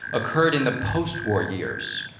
occurred in the postwar years,